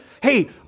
hey